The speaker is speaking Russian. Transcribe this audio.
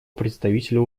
представителю